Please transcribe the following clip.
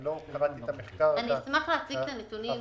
אני לא קראתי את המחקר -- אני אשמח להציג את הנתונים אם צריך.